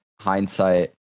hindsight